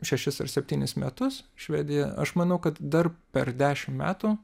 šešis ar septynis metus švedija aš manau kad dar per dešim metų